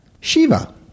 Shiva